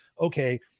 okay